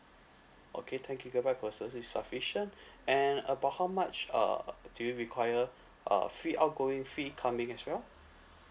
okay ten gigabyte for yourself is sufficient and about how much uh do you require uh free out going free coming as well